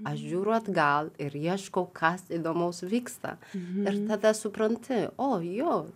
aš žiūriu atgal ir ieškau kas įdomaus vyksta ir tada supranti o jo